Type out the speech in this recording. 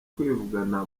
kwivugana